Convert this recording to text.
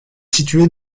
situé